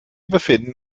befinden